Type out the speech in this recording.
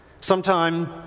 Sometime